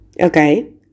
Okay